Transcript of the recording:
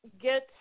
Get